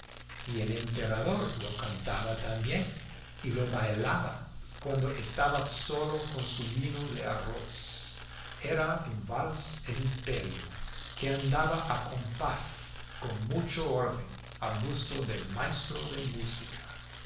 y el emperador lo cantaba también y lo bailaba cuando estaba solo con su vino de arroz era un vals el imperio que andaba a compás con mucho orden al gusto del maestro de música